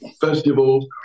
festivals